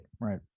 right